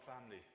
family